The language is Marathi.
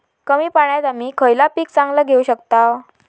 कमी पाण्यात आम्ही खयला पीक चांगला घेव शकताव?